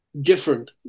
different